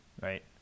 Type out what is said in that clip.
right